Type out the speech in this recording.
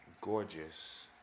gorgeous